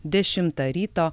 dešimtą ryto